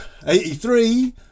83